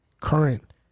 current